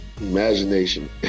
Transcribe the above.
imagination